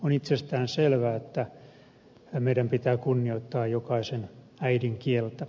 on itsestään selvää että meidän pitää kunnioittaa jokaisen äidinkieltä